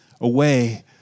away